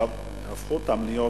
הפכו אותן להיות